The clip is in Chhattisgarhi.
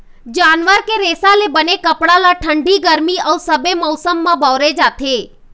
जानवर के रेसा ले बने कपड़ा ल ठंडी, गरमी अउ सबे मउसम म बउरे जाथे